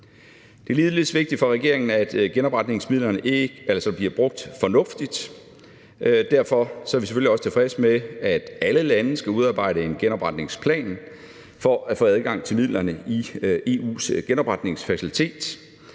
Det er ligeledes vigtigt for regeringen, at genopretningsmidlerne bliver brugt fornuftigt. Derfor er vi selvfølgelig også tilfredse med, at alle lande skal udarbejde en genopretningsplan for at få adgang til midlerne i EU's genopretningsfacilitet.